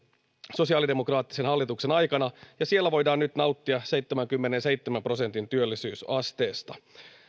sosiaalidemokraattisen hallituksen aikana ja siellä voidaan nyt nauttia seitsemänkymmenenseitsemän prosentin työllisyysasteesta